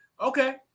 Okay